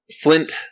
Flint